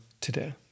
today